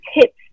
tips